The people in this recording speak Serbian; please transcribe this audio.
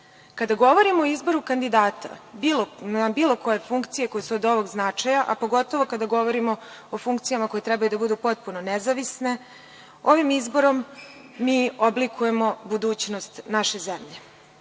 govorimo o izboru kandidata na bilo koje funkcije koje su od ovog značaja, a pogotovo kada govorimo o funkcijama koje treba da budu potpuno nezavisne, ovim izborom mi oblikujemo budućnost naše zemlje.